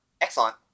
excellent